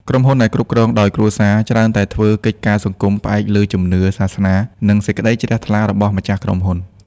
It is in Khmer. ក្រុមហ៊ុនដែលគ្រប់គ្រងដោយ គ្រួសារ ច្រើនតែធ្វើកិច្ចការសង្គមផ្អែកលើជំនឿសាសនា និងសេចក្ដីជ្រះថ្លារបស់ម្ចាស់ក្រុមហ៊ុន។